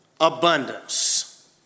abundance